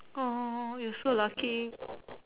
oh you so lucky